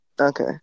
Okay